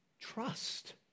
Trust